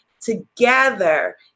together